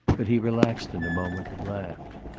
but he relaxed in a moment and laughed.